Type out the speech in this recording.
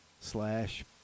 slash